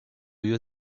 you